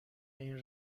این